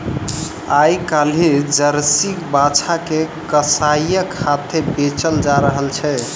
आइ काल्हि जर्सी बाछा के कसाइक हाथेँ बेचल जा रहल छै